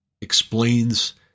explains